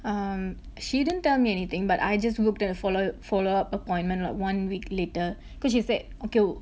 um she didn't tell me anything but I just looked and follow follow up appointments like one week later because she said okay wo~